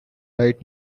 right